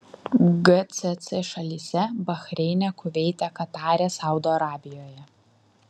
gcc šalyse bahreine kuveite katare saudo arabijoje